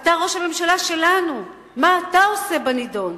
אתה ראש הממשלה שלנו, מה אתה עושה בנדון?